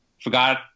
forgot